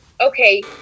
okay